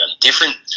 different